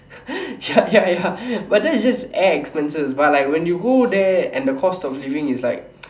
ya ya ya but that's just like the air expenses but like when you go there and the cost of living is like